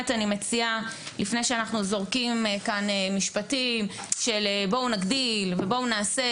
לפני שאנחנו זורקים כאן משפטים כמו: בואו נגדיל ובואו נעשה,